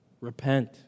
Repent